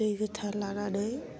दै गोथार लानानै